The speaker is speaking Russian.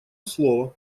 слово